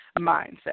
mindset